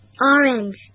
orange